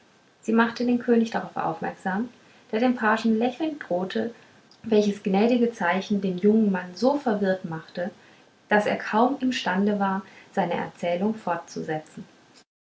sie machte den könig darauf aufmerksam der dem pagen lächelnd drohte welches gnädige zeichen den jungen mann so verwirrt machte daß er kaum imstande war seine erzählung fortzusetzen